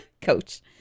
coach